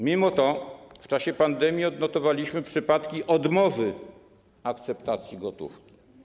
Mimo to w czasie pandemii odnotowaliśmy przypadki odmowy akceptacji gotówki.